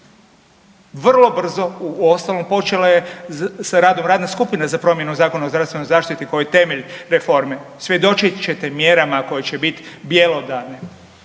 vrlo brzo uostalom počela je sa radom radne skupine za promjenu Zakona o zdravstvenoj zaštiti koji je temelj reforme. Svjedočit ćete mjerama koje će biti bjelodane.